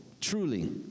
truly